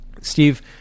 Steve